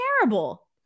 terrible